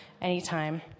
anytime